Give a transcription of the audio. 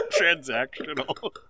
transactional